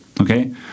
Okay